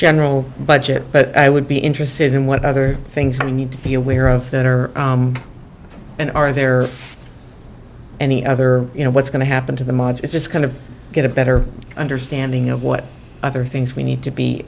general budget but i would be interested in what other things we need to be aware of that are and are there any other you know what's going to happen to the module just kind of get a better understanding of what other things we need to be